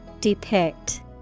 Depict